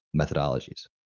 methodologies